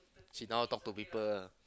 sit down talk to people